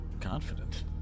Confident